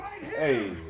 Hey